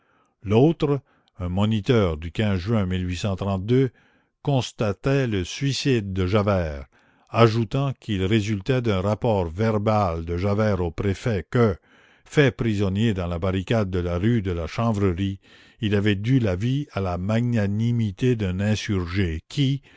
l'autre un moniteur du juin constatait le suicide de javert ajoutant qu'il résultait d'un rapport verbal de javert au préfet que fait prisonnier dans la barricade de la rue de la chanvrerie il avait dû la vie à la magnanimité d'un insurgé qui